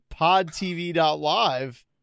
podtv.live